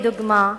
לדוגמה,